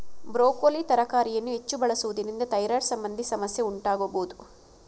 broccoli ತರಕಾರಿಯನ್ನು ಹೆಚ್ಚು ಬಳಸುವುದರಿಂದ ಥೈರಾಯ್ಡ್ ಸಂಬಂಧಿ ಸಮಸ್ಯೆ ಉಂಟಾಗಬೋದು